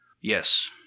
Yes